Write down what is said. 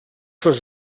was